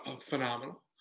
phenomenal